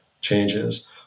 changes